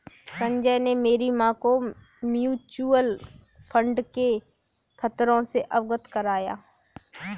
संजय ने मेरी मां को म्यूचुअल फंड के खतरों से अवगत कराया